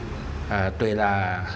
啊对啦